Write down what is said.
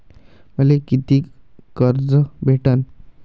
मले कितीक कर्ज भेटन?